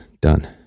done